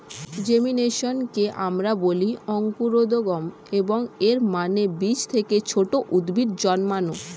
জেমিনেশনকে আমরা বলি অঙ্কুরোদ্গম, এবং এর মানে বীজ থেকে ছোট উদ্ভিদ জন্মানো